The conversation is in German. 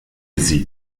sie